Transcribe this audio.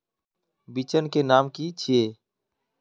बिचन के नाम की छिये?